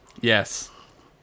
Yes